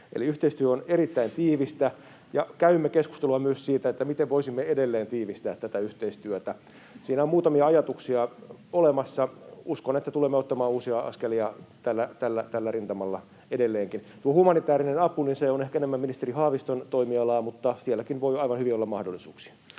yhteistyö on erittäin tiivistä, ja käymme keskustelua myös siitä, miten voisimme edelleen tiivistää tätä yhteistyötä. Siinä on muutamia ajatuksia olemassa. Uskon, että tulemme ottamaan uusia askelia tällä rintamalla edelleenkin. Tuo humanitäärinen apu on ehkä enemmän ministeri Haaviston toimialaa, mutta sielläkin voi aivan hyvin olla mahdollisuuksia.